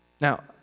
Now